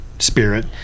spirit